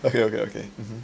okay okay okay mmhmm